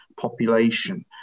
population